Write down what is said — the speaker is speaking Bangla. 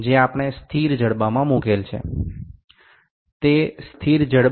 এখন এটিকে স্থির বাহুতে স্থাপন করা হয়